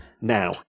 now